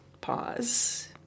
pause